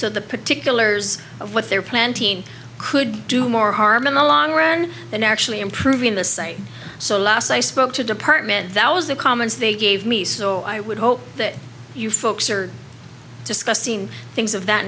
so the particulars of what they're planting could do more harm in the long run than actually improving the site so last i spoke to department thousand comments they gave me so i would hope that you folks are discussing things of that